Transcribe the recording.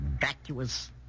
vacuous